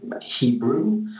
Hebrew